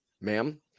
ma'am